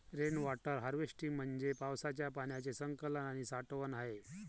rain water harvesting म्हणजे पावसाच्या पाण्याचे संकलन आणि साठवण आहे